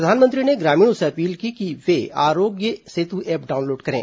प्रधानमंत्री ने ग्रामीणों से अपील की कि वे आरोग्य सेतु ऐप डाउनलोड करें